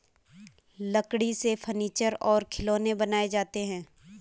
लकड़ी से फर्नीचर और खिलौनें बनाये जाते हैं